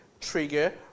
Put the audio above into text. trigger